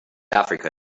africa